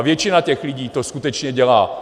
Většina těch lidí to skutečně dělá.